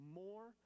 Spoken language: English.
more